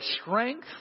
strength